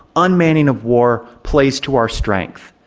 unmanning of war plays to our strength.